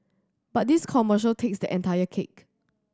but this commercial takes the entire cake